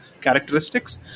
characteristics